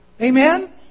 Amen